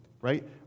right